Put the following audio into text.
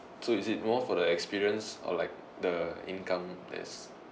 so is it more for the experience or like the income that's